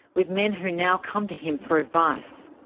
with men who now come to him for advice.